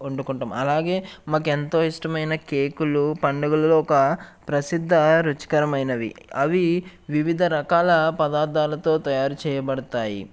వండుకుంటాము అలాగే మాకు ఎంతో ఇష్టమైన కేకులు పండుగలలో ఒక ప్రసిద్ధ రుచికరమైనవి అవి వివిధ రకాల పదార్థాలతో తయారు చేయబడుతాయి